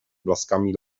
blaskami